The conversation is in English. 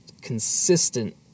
consistent